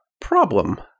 problem